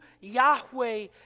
Yahweh